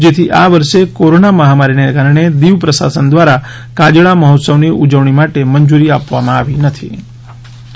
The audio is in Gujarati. જેથી આ વર્ષે કોરોના મહામારી ને કારણે દિવ પ્રશાસન દ્વારા કાજળા મહોત્સવ ની ઉજવણી માટે મંજૂરી આપવામાં નથી આવી